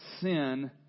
sin